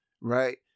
right